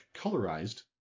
colorized